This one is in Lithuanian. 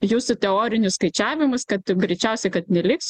jūsų teorinius skaičiavimus kad greičiausiai kad neliks